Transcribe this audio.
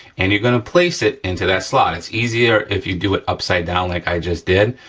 and you're gonna place it into that slot. it's easier if you do it upside down like i just did,